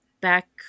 back